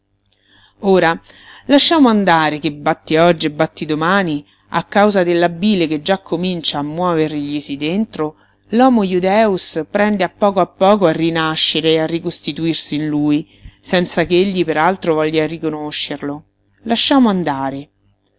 ora lasciamo andare che batti oggi e batti domani a causa della bile che già comincia a muoverglisi dentro l'homo judaeus prende a poco a poco a rinascere e a ricostituirsi in lui senza ch'egli per altro voglia riconoscerlo lasciamo andare